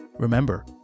Remember